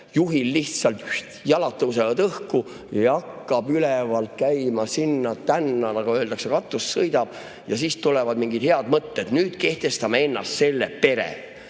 juhil lihtsalt viuh! jalad tõusevad õhku ja hakkab ülevalt käima sinna-tänna. Nagu öeldakse, katus sõidab. Ja siis tulevad mingid head mõtted, nüüd kehtestame ennast ... Teised